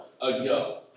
ago